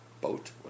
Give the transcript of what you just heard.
boat